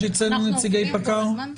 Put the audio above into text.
יש נציגי פיקוד העורף?